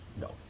No